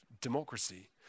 democracy